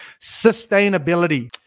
sustainability